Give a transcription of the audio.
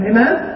Amen